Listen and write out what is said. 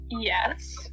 Yes